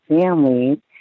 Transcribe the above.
family